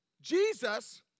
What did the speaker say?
Jesus